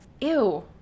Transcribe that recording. Ew